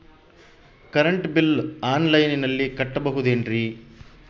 Current bill ಆನ್ಲೈನಿನಲ್ಲಿ ಕಟ್ಟಬಹುದು ಏನ್ರಿ?